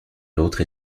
l’autre